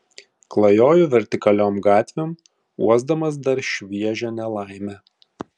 klajoju vertikaliom gatvėm uosdamas dar šviežią nelaimę